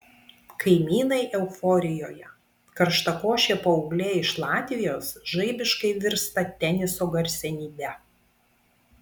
kaimynai euforijoje karštakošė paauglė iš latvijos žaibiškai virsta teniso garsenybe